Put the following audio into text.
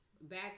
back